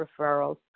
referrals